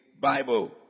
Bible